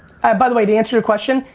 and by the way, to answer your question,